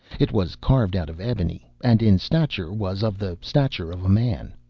it was carved out of ebony, and in stature was of the stature of a man.